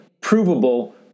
provable